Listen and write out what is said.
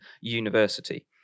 university